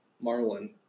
marlin